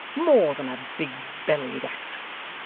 more than a big-bellied actress!